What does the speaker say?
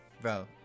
Bro